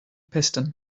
piston